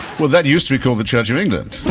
well, that used to be called the church of england